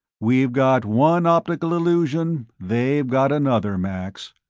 we've got one optical illusion, they've got another, max.